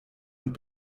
und